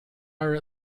are